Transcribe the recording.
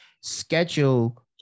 schedule